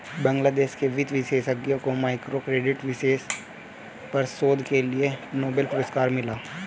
बांग्लादेश के वित्त विशेषज्ञ को माइक्रो क्रेडिट विषय पर शोध के लिए नोबेल पुरस्कार मिला